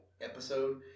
episode